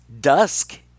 Dusk